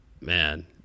Man